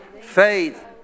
Faith